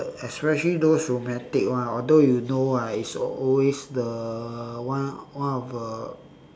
especially those romantic one although you know right it's always the one one of a